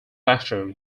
after